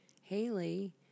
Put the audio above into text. Haley